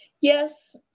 Yes